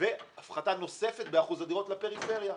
והפחתה נוספת באחוז הדירות לפריפריה.